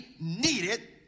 needed